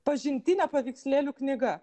pažintinė paveikslėlių knyga